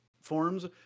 forms